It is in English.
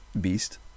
Beast